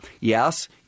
Yes